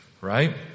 right